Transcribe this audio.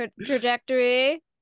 trajectory